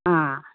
ꯑꯥ